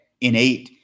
innate